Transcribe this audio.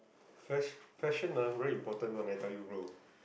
fash~ fashion ah very important one leh I tell you bro